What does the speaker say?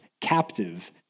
captive